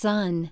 Sun